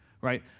right